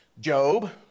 Job